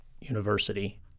University